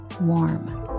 warm